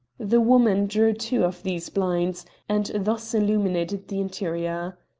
the woman drew two of these blinds, and thus illuminated the interior.